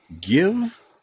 Give